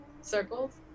circles